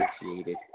appreciated